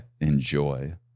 enjoy